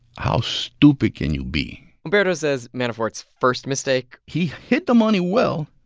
how stupid can you be? humberto says manafort's first mistake. he hid the money well.